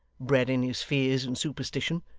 bred in his fears and superstition.